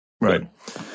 Right